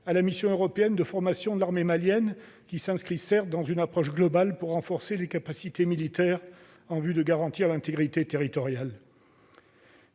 à la mission européenne de formation de l'armée malienne. Celle-ci s'inscrit certes dans une approche globale pour renforcer les capacités militaires en vue de garantir l'intégrité territoriale,